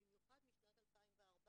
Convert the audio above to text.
במיוחד משנת 2014,